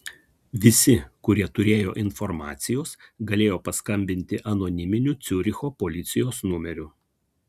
visi kurie turėjo informacijos galėjo paskambinti anoniminiu ciuricho policijos numeriu